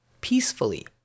peacefully